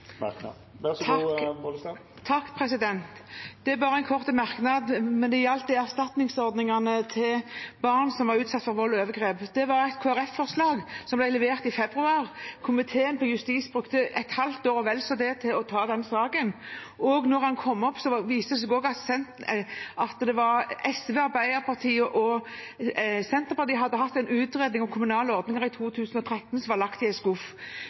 overgrep. Det var et Kristelig Folkeparti-forslag, som ble levert i februar. Justiskomiteen brukte et halvt år og vel så det til å ta den saken, og da den kom opp, viste det seg at SV, Arbeiderpartiet og Senterpartiet hadde hatt en utredning om kommunale ordninger i 2013 som var lagt i en skuff.